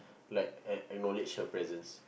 like ack~ acknowledge your presence